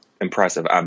impressive